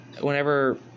whenever